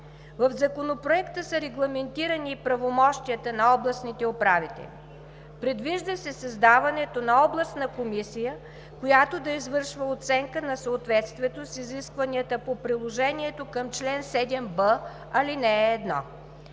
В Законопроекта са регламентирани и правомощията на областните управители. Предвижда се създаването на областна комисия, която да извършва оценка на съответствието с изискванията по Приложението към чл. 7б, ал. 1.